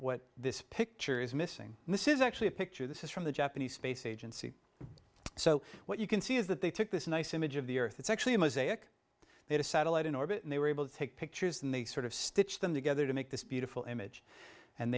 what this picture is missing and this is actually a picture this is from the japanese space agency so what you can see is that they took this nice image of the earth it's actually a mosaic they'd a satellite in orbit and they were able to take pictures and they sort of stitched them together to make this beautiful image and